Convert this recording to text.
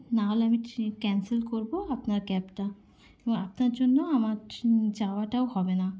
নাহলে আমি trip cancel করবো আপনার ক্যাবটা এবং আপনার জন্য আমার যাওয়াটাও হবে না